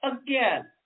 Again